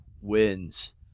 wins